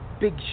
big